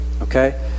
Okay